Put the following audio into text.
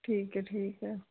ਠੀਕ ਹੈ ਠੀਕ ਹੈ